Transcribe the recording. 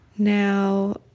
Now